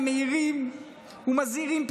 המאירות ומזהירות,